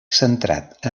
centrat